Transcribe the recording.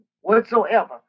whatsoever